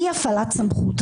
אי-הפעלת סמכות,